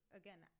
again